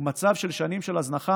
הוא מצב של שנים של הזנחה.